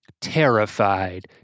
terrified